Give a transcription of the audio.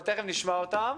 אבל תיכף נשמע אותם.